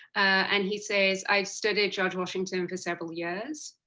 and he said i have studied george washington for several years.